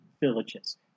villages